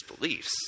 beliefs